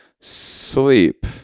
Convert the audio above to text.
sleep